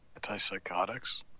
Antipsychotics